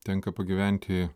tenka pagyventi